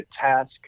task